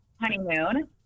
honeymoon